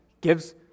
gives